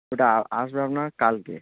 ওটা আসবে আপনার কালকে